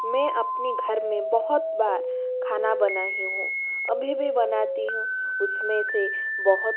मैं अपनी घर में बहुत बार खाना बनाई हूँ अभी भी बनाती हूँ उसमें से बहुत